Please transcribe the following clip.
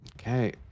Okay